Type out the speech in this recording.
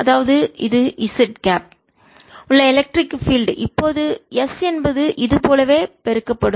அதாவது இது z gap உள்ள எலக்ட்ரிக் பீல்டு மின்சார புலம் இப்போது s என்பது இது போலவே பெருக்கப்படும்